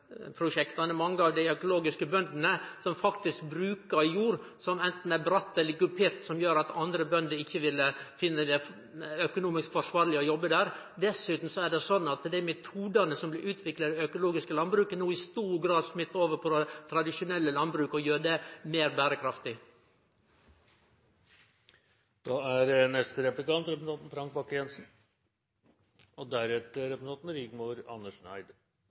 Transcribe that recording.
mange av dei økologiske bøndene som faktisk brukar jorde som anten er bratte eller kuperte, som gjer at andre bønder ikkje ville ha funne det økonomisk forsvarleg å jobbe der. Dessutan er det slik at dei metodane som blir utvikla i det økologiske landbruket, no i stor grad smittar over på det tradisjonelle landbruket og gjer det meir berekraftig. SV har liksom livnet til i kunnskapsdebatten i det